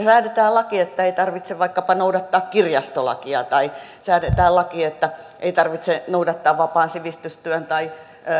laki että ei tarvitse vaikkapa noudattaa kirjastolakia tai säädetään laki että ei tarvitse noudattaa vapaan sivistystyön tai